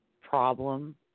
problem